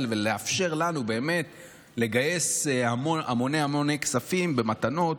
ולאפשר לנו לגייס המוני המוני כספים ומתנות,